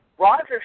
Roger